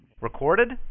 Recorded